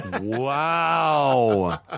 Wow